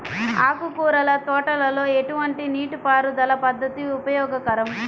ఆకుకూరల తోటలలో ఎటువంటి నీటిపారుదల పద్దతి ఉపయోగకరం?